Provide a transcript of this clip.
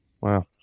Wow